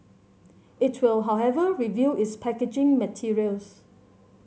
it will however review its packaging materials